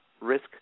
risk